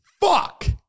Fuck